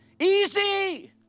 easy